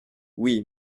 oui